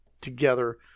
together